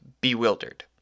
bewildered